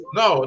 no